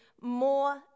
more